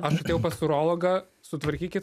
aš atėjau pas urologą sutvarkykit